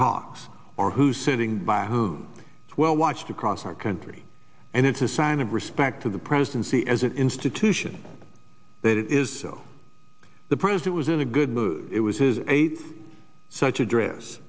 talks or who's sitting by whom well watched across our country and it's a sign of respect to the presidency as an institution that it is so the president was in a good mood it was his eighth such address